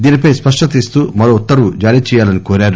దీనిపై స్పష్టత ఇస్తూ మరో ఉత్తర్వు జారీచేయాలని కోరారు